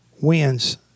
wins